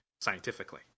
scientifically